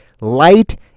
light